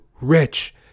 rich